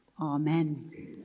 Amen